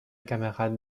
camarade